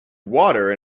water